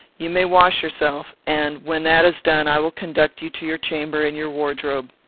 you may wash yourself and, when that is done, i will conduct you to your chamber and your wardrobe.